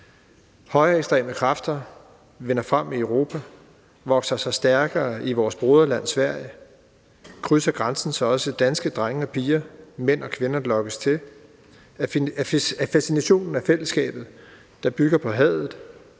Højreekstreme kræfter vinder frem i Europa, vokser sig stærkere i vores broderland Sverige, krydser grænsen, så også danske drenge og piger, mænd og kvinder lokkes til af fascinationen af fællesskabet, der bygger på hadet